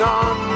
on